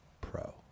Pro